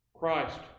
Christ